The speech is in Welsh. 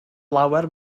lawer